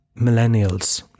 millennials